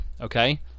okay